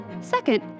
Second